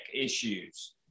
issues